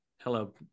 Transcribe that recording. Hello